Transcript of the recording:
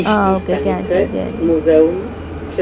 okay cancel చేయండి